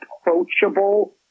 approachable